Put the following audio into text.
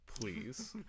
Please